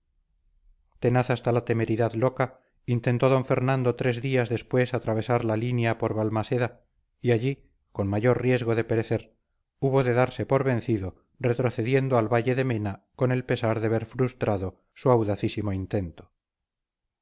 tenaz hasta la temeridad loca intentó d fernando tres días después atravesar la línea por valmaseda y allí con mayor riesgo de perecer hubo de darse por vencido retrocediendo al valle de mena con el pesar de ver frustrado su audacísimo intento